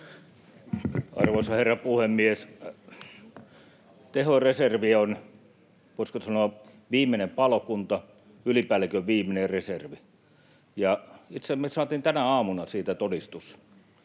Arvoisa herra puhemies! Tehoreservi on, voisiko sanoa, viimeinen palokunta, ylipäällikön viimeinen reservi. Itse asiassa me saatiin tänä aamuna siitä todistus: